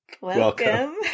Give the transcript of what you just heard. Welcome